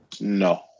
No